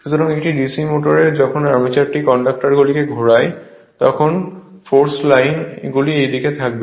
সুতরাং একটি DC মোটরে যখন আর্মেচারটি কন্ডাক্টরগুলিকে ঘোরায় তখন ফোর্স লাইন গুলি এই দিকে থাকবে